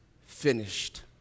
finished